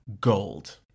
gold